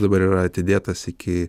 dabar yra atidėtas iki